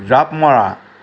জাঁপ মৰা